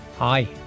Hi